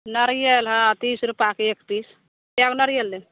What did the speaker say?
नारियल हॅं तीस रुपाके एक पीस कैगो नारियल लेब